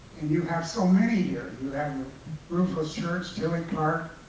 and you have so many here. you have the roofless church, tillich park,